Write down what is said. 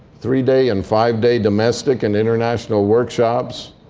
three-day and five-day domestic and international workshops,